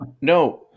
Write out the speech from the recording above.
no